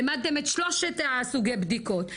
העמדתם את שלושת סוגי הבדיקות,